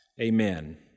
Amen